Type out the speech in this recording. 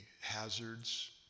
hazards